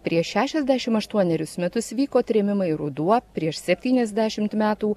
prieš šešiasdešim aštuonerius metus vyko trėmimai ruduo prieš septyniasdešimt metų